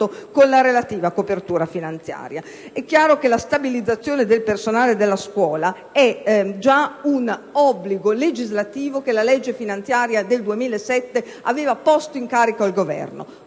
con la relativa copertura finanziaria. È chiaro che la stabilizzazione del personale della scuola è già un obbligo legislativo che la legge finanziaria del 2007 aveva posto in carico al Governo;